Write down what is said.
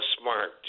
smart